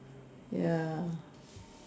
ya